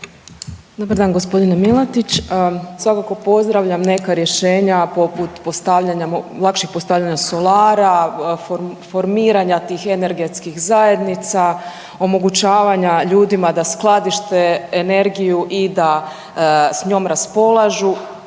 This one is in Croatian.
Dobar dan g. Milatić. Svakako pozdravljam neka rješenja poput lakših postavljanja solara, formiranja tih energetskih zajednica, omogućavanja ljudima da skladište energiju i da s njom raspolažu